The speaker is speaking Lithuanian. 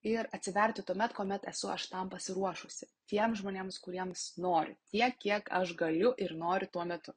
ir atsiverti tuomet kuomet esu aš tam pasiruošusi tiems žmonėms kuriems noriu tiek kiek aš galiu ir noriu tuo metu